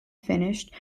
finished